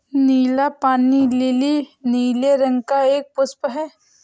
नीला पानी लीली नीले रंग का एक पुष्प है